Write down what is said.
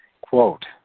Quote